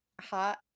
hot